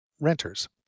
renters